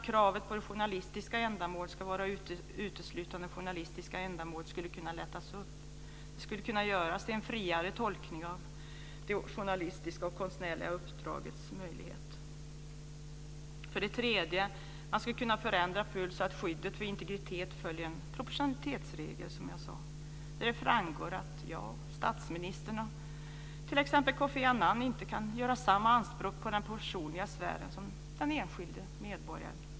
Kravet på att journalistiska ändamål ska vara uteslutande journalistiska ändamål skulle kunna lättas upp. Det skulle kunna göras en friare tolkning av det journalistiska och konstnärliga uppdragets möjlighet. 3. Man skulle kunna förändra PUL så att skyddet för integritet följer en proportionalitetsregel, där det framgår att jag, statsministern och t.ex. Kofi Annan inte kan göra samma anspråk på den personliga svären som den enskilde medborgaren.